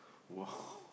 !wow!